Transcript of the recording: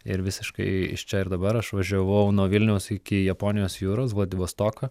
ir visiškai iš čia ir dabar aš važiavau nuo vilniaus iki japonijos jūros vladivostoko